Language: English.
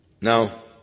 Now